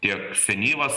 tiek senyvas